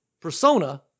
persona